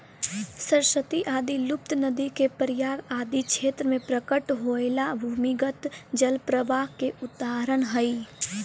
सरस्वती आदि लुप्त नदि के प्रयाग आदि क्षेत्र में प्रकट होएला भूमिगत जल प्रवाह के उदाहरण हई